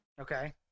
Okay